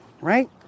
right